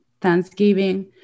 Thanksgiving